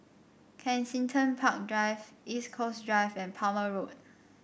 Kensington Park Drive East Coast Drive and Palmer Road